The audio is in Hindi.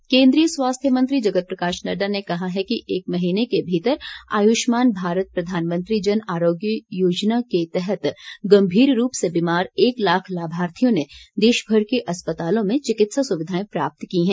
आय्ष्मान केंद्रीय स्वास्थ्य मंत्री जगत प्रकाश नड्डा ने कहा है कि एक महीने के भीतर आयुष्मान भारत प्रधानमंत्री जनआरोग्य योजना के तहत गंभीर रूप से बीमार एक लाख लाभार्थियों ने देशभर के अस्पतालों में चिकित्सा सुविधायें प्राप्त की हैं